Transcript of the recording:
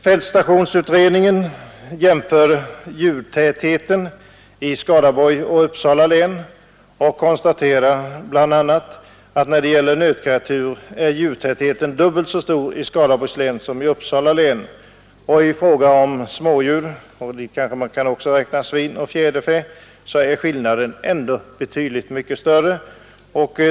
Fältstationsutredningen jämför djurtätheten i Skaraborgs och Uppsala län och konstaterar bl.a. att när det gäller nötkreaturen djurtätheten är dubbelt så stor i Skaraborgslän som i Uppsala län. I fråga om smådjur — dit man kanske också kan räkna svin och fjäderfä — är skillnaden betydligt större.